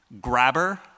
grabber